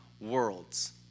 worlds